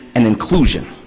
and inclusion,